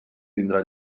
tindrà